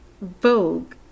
Vogue